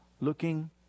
looking